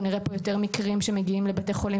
אנחנו נראה פה יותר מקרים שמגיעים לבתי חולים